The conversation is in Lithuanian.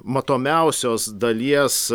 matomiausios dalies